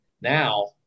now